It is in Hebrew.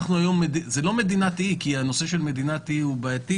אנחנו היום מדינת אי זו לא מדינת אי כי הנושא של מדינת אי הוא בעייתי,